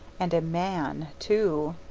and a man, too!